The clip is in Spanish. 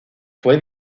fue